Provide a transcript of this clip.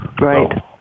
Right